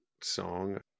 song